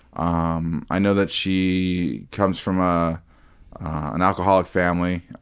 um i know that she comes from ah an alcoholic family.